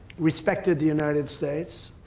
respected the united states.